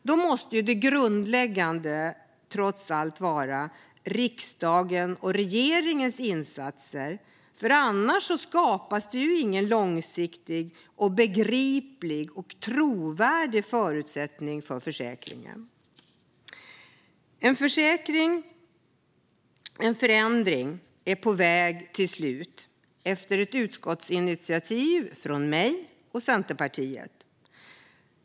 Då måste det grundläggande trots allt vara riksdagens och regeringens insatser, för annars skapas det inga långsiktiga, begripliga och trovärdiga förutsättningar för försäkringen. En förändring är till slut på väg efter ett utskottsinitiativ från mig och Centerpartiet.